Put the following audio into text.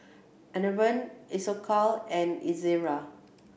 Enervon Isocal and Ezerra